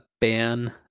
ban